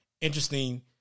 interesting